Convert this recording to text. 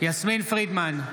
יסמין פרידמן,